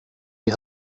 you